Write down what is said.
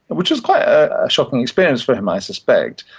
which was quite a shocking experience for him, i suspect.